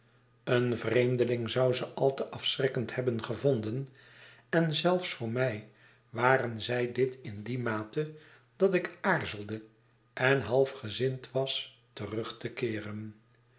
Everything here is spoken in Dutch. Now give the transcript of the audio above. een vreemdeling zou ze al te afschrikkend hebben gevonden en zelfs voor mij waren zij dit in die mate dat ik aarzelde en half gezind was terug te keeren